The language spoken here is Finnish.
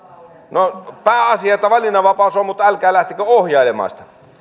no pääasia että valinnanvapaus on mutta älkää lähtekö ohjailemaan